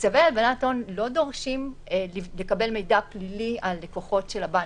שצווי הלבנת הון לא דורשים לקבל מידע פלילי על לקוחות של הבנקים.